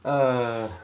err